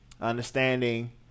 understanding